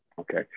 Okay